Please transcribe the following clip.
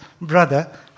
brother